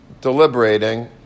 deliberating